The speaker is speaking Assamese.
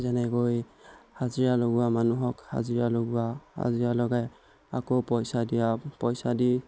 যেনেকৈ হাজিৰা লগোৱা মানুহক হাজিৰা লগোৱা হাজিৰা লগাই আকৌ পইচা দিয়া পইচা দি